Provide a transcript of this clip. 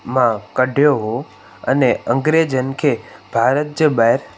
मां कढियो हो अने अंग्रेजनि खे भारत जे ॿाहिरि